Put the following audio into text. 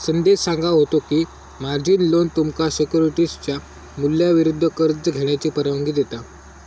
संदेश सांगा होतो की, मार्जिन लोन तुमका सिक्युरिटीजच्या मूल्याविरुद्ध कर्ज घेण्याची परवानगी देता